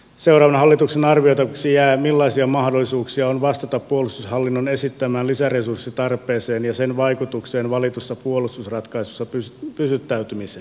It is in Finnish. seuraavan hallituksen arvioitavaksi jää millaisia mahdollisuuksia on vastata puolustushallinnon esittämään lisäresurssitarpeeseen ja sen vaikutukseen valitussa puolustusratkaisussa pitäytymiseen